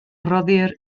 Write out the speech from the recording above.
roddir